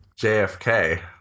JFK